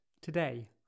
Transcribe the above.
today